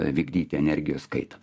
vykdyti energijos kaitą